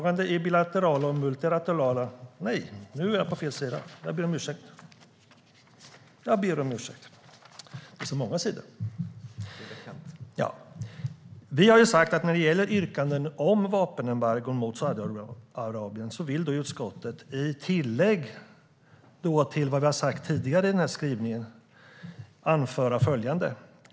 Anledningen framgår av detta stycke i betänkandet: "När det gäller yrkanden om vapenembargo mot Saudiarabien vill utskottet i tillägg till ovanstående anföra följande.